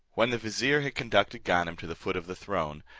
when the vizier had conducted ganem to the foot of the throne,